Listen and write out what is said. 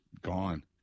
Gone